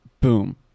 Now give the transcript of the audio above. boom